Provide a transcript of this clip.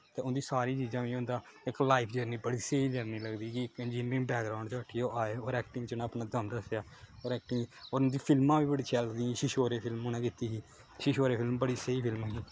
ते उं'दी सारी चीजां दी उं'दा इक लाइफ जर्नी बड़ी स्हेई जर्नी लगदी ही इजंनिरिंग बैकग्रांउड च उट्ठियै ओह् आए ऐ होर ऐक्टिंग च उ'नें अपना दम दस्सेआ होर ऐक्टिंग होर उंदी फिल्मां बी बड़ी शैल बनी छिछोरे फिल्म उ'नें कीती ही छिछोरे फिल्म बड़ी स्हेई फिल्म ही